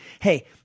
hey –